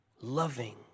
loving